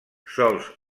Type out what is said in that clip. sols